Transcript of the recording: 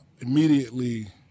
immediately